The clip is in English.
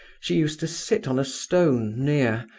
she used to sit on a stone near,